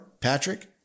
Patrick